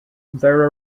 there